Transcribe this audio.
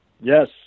yes